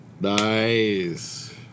Nice